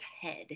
head